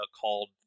called